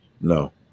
no